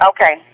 Okay